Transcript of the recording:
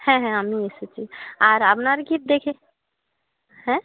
হ্যাঁ হ্যাঁ আমি এসেছি আর আপনার কী দেখে হ্যাঁ